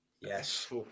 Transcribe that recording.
Yes